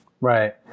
Right